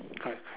correct